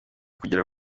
kugera